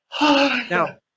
now